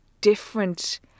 different